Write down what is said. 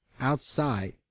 outside